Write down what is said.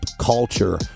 culture